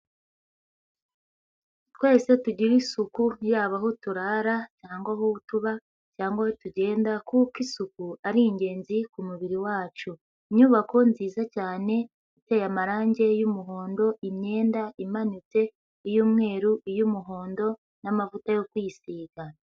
Twese tugire isuku yaba aho turara cyangwa aho tuba cyangwa tugenda, kuko isuku ari ingenzi ku mubiri wacu. Inyubako nziza cyane iteye amarangi y'umuhondo imyenda imanitse iy'umweru, iy'umuhondo n'amavuta yo kwisiga.